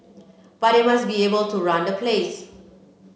but they must be able to run the place